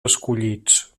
escollits